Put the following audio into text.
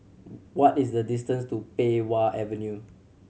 what is the distance to Pei Wah Avenue